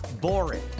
boring